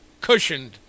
cushioned